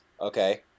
Okay